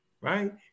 right